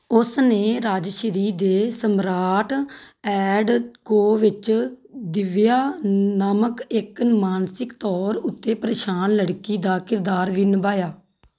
ਉਸ ਨੇ ਰਾਜਸ਼੍ਰੀ ਦੇ ਸਮਰਾਟ ਐਡ ਕੋ ਵਿੱਚ ਦਿਵਿਆ ਨਾਮਕ ਇੱਕ ਮਾਨਸਿਕ ਤੌਰ ਉੱਤੇ ਪ੍ਰੇਸ਼ਾਨ ਲੜਕੀ ਦਾ ਕਿਰਦਾਰ ਵੀ ਨਿਭਾਇਆ